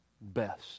best